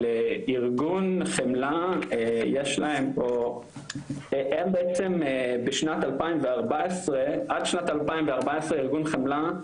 אבל ארגון חמלה יש להם פה הם בעצם בשנת 2014 עד שנת 2014 ארגון חמלה,